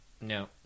No